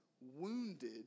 wounded